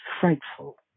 frightful